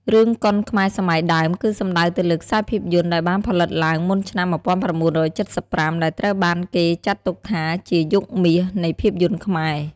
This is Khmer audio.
រឿងកុនខ្មែរសម័យដើម គឺសំដៅទៅលើខ្សែភាពយន្តដែលបានផលិតឡើងមុនឆ្នាំ១៩៧៥ ដែលត្រូវបានគេចាត់ទុកជា "យុគមាស" នៃភាពយន្តខ្មែរ។